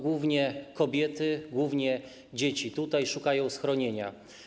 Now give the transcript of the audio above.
Głównie kobiety, głównie dzieci tutaj szukają schronienia.